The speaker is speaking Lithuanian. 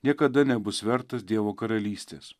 niekada nebus vertas dievo karalystės